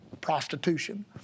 Prostitution